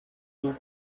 took